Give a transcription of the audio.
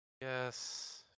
Yes